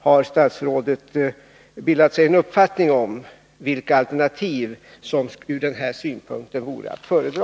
Har statsrådet bildat sig en uppfattning om vilket alternativ som ur denna synpunkt vore att föredra?